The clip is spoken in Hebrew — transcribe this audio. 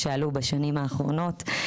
שעלו בשנים האחרונות.